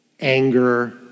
anger